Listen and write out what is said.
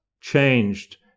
changed